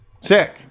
Sick